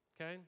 okay